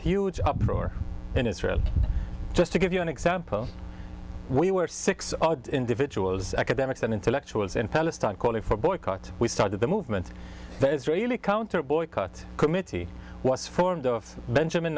huge uproar in israel just to give you an example we were six individuals academics and intellectuals in palestine calling for boycott we started the movement there israeli counter boycott committee was formed of benjamin